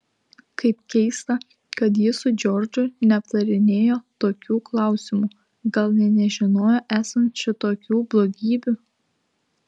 kaip keista kad ji su džordžu neaptarinėjo tokių klausimų gal nė nežinojo esant šitokių blogybių